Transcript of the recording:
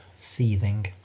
Seething